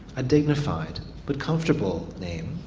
a dignified but comfortable name,